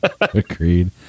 Agreed